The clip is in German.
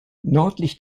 nördlich